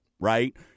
Right